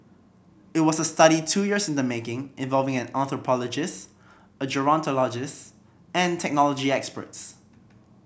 it was a study two years in the making involving an anthropologist a gerontologist and technology experts